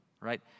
right